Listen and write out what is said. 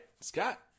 Scott